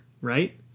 right